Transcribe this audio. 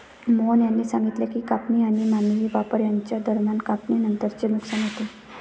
मोहन यांनी सांगितले की कापणी आणि मानवी वापर यांच्या दरम्यान कापणीनंतरचे नुकसान होते